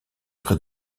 près